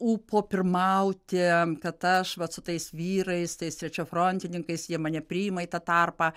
ūpo pirmauti kad aš vat su tais vyrais tais trečiafrontininkais jie mane priima į tą tarpą